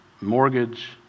mortgage